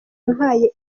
impaye